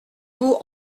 vous